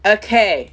okay